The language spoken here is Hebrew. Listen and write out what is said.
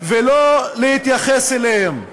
ולא להתייחס אליהם.